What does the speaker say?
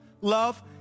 love